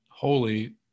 Holy